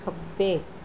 ਖੱਬੇ